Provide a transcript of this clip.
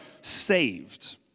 saved